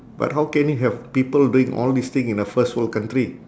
but how can it have people doing all these thing in a first world country